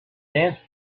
dance